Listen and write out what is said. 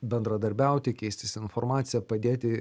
bendradarbiauti keistis informacija padėti